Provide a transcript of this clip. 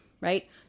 right